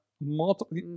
Multiple